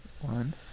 One